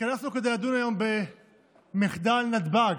התכנסנו כדי לדון היום במחדל נתב"ג,